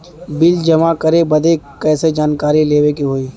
Bill जमा करे बदी कैसे जानकारी लेवे के होई?